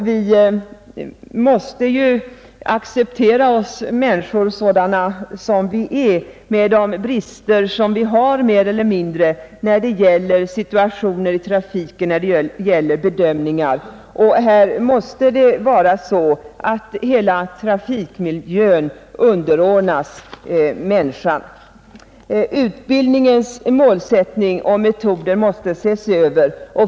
Vi måste acceptera oss själva sådana vi är med de brister vi har när det gäller bedömningen av trafiksituationer. Hela trafikmiljön måste underordnas människan. Utbildningens målsättning och metoder måste ses över.